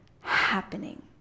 happening